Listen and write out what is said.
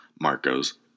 Marco's